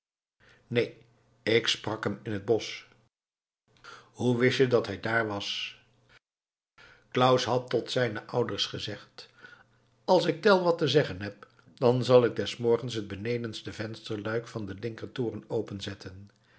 neen ik sprak hem in het bosch hoe wist je dat hij daar was claus had tot zijne ouders gezegd als ik tell wat te zeggen heb dan zal ik des morgens het benedenste vensterluik van den linker toren openzetten